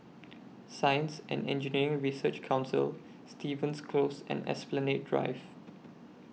Science and Engineering Research Council Stevens Close and Esplanade Drive